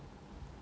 !wow!